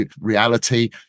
reality